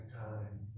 time